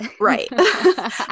Right